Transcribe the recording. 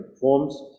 forms